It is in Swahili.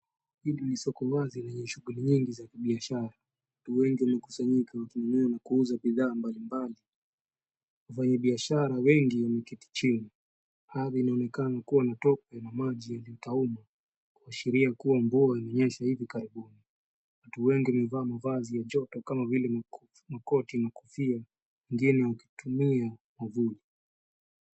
Hili ni soko wazi lenye shughuli nyingi za kibiashara. Watu wengi wamekusanyika wakinunua na kuuza bidhaa mbalimbali. Wafanyibiashara wengi wameketi chini. Ardhi inaonekana kuwa na tope na maji iliyotuama kuashiria kuwa mvua imenyesha hivi karibuni. Watu wengi wamevaa mavazi ya joto kama vile makoti na kofia wengine wakitumia mwavuli.